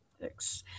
Thanks